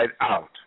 out